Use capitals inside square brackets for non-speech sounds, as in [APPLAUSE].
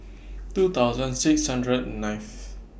[NOISE] two thousand six hundred and ninth